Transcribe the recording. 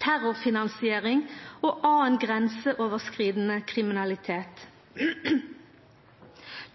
terrorfinansiering og annan grenseoverskridande kriminalitet.